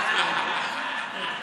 דוגרי.